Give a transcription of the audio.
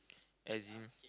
as in